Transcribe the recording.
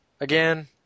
Again